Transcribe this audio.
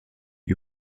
die